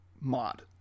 Mod